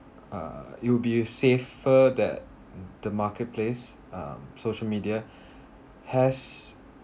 uh it will be safer that the market place um social media has